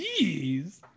Jeez